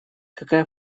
какая